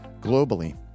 Globally